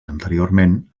anteriorment